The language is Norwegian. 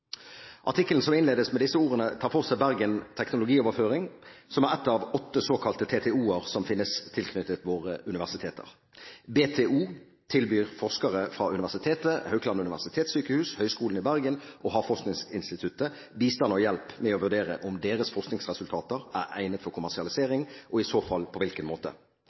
Teknologioverføring, som er ett av i alt åtte såkalte TTO-er som finnes, tilknyttet våre universiteter. BTO tilbyr forskere fra universitetet, Haukeland universitetssjukehus, Høgskolen i Bergen og Havforskningsinstituttet bistand og hjelp med å vurdere om deres forskningsresultater er egnet for kommersialisering, og i så fall på hvilken måte.